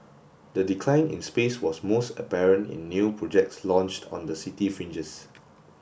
the decline in space was most apparent in new projects launched on the city fringes